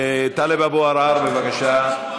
אבל שים אותה,